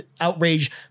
outrage